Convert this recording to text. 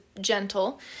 gentle